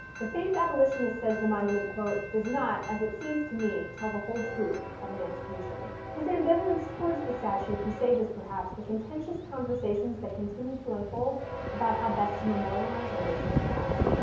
the famed abolitionist says that the monument, does not, as it seems to me, tell the whole truth of emancipation. his ambivalence towards the statue presages, perhaps, the contentious conversations that continue to unfold about how best to memorialize our nation's past.